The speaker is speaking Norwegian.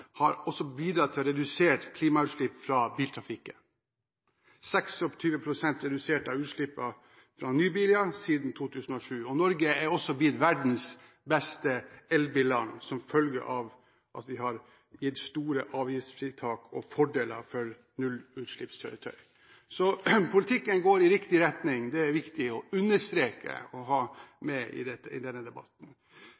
har også bidratt til å redusere klimautslipp fra biltrafikken – 26 pst. reduksjon av utslippene fra nye biler siden 2007. Norge er blitt verdens beste elbilland som følge av at vi har gitt store avgiftsfritak og fordeler for nullutslippskjøretøy. Så politikken går i riktig retning – det er viktig å understreke og ha